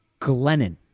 Glennon